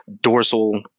dorsal